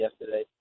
yesterday